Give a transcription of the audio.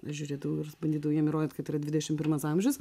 žiūrėdavau ir bandydavau jiem įrodyt kad yra dvidešimt pirmas amžius